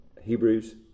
Hebrews